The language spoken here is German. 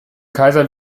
kaiser